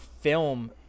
film